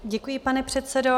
Děkuji, pane předsedo.